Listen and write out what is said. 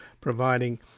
providing